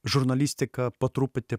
žurnalistika po truputį